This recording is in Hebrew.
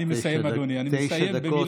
אני מסיים, אדוני, אני מסיים, כבר תשע דקות.